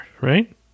right